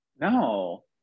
No